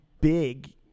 big